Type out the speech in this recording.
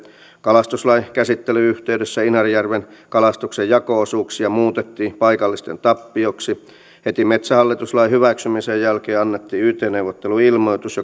kalastuslain käsittelyn yhteydessä inarijärven kalastuksen jako osuuksia muutettiin paikallisten tappioksi heti metsähallitus lain hyväksymisen jälkeen annettiin yt neuvotteluilmoitus